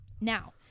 Now